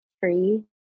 free